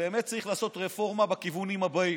שבאמת צריך לעשות רפורמה בכיוונים הבאים: